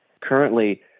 Currently